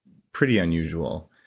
pretty unusual.